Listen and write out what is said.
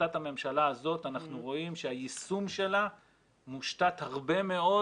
בהחלטת הממשלה הזאת אנחנו רואים שהיישום שלה מושתת הרבה מאוד